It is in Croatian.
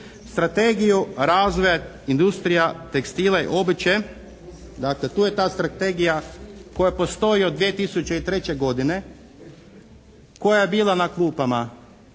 strategiju razvoja industrija tekstila i obuće, dakle tu je ta strategija koja postoji od 2003. godine, koja je bila na klupama